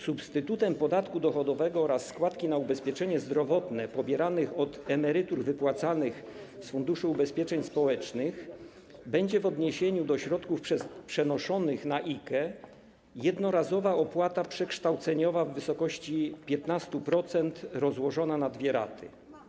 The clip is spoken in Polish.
Substytutem podatku dochodowego oraz składki na ubezpieczenie zdrowotne pobieranych od emerytur wypłacanych z Funduszu Ubezpieczeń Społecznych będzie w odniesieniu do środków przenoszonych na IKE jednorazowa opłata przekształceniowa w wysokości 15% rozłożona na dwie raty.